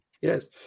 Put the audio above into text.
Yes